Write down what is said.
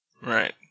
Right